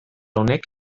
honek